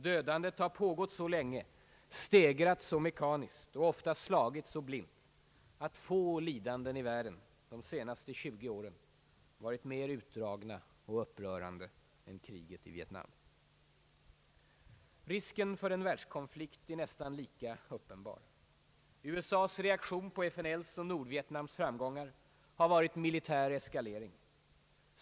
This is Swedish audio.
Dödandet har pågått så länge, stegrats så mekaniskt och ofta slagit så blint att få lidanden i världen de senaste 20 åren har varit mer utdragna och upprörande än kriget i Vietnam. Risken för en världskonflikt är nästan lika uppenbar. USA:s reaktion på FNL:s och Nordvietnams framgångar har varit militär eskalering.